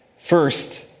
first